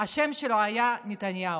השם שלו היה "נתניהו"